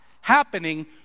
happening